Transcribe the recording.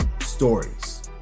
stories